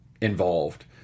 involved